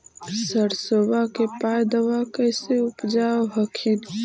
सरसोबा के पायदबा कैसे उपजाब हखिन?